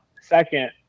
second